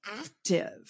active